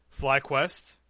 FlyQuest